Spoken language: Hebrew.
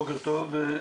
בוקר טוב,